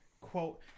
quote